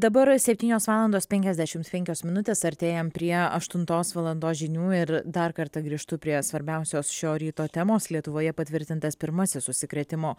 dabar septynios valandos penkiasdešimt penkios minutės artėjam prie aštuntos valandos žinių ir dar kartą grįžtu prie svarbiausios šio ryto temos lietuvoje patvirtintas pirmasis užsikrėtimo